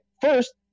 First